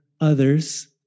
others